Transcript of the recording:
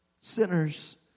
sinners